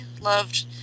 loved